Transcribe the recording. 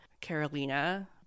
carolina